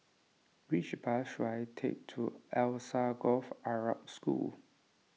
which bus should I take to Alsagoff Arab School